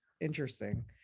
interesting